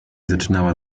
zaczynała